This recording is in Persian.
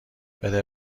بده